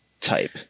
type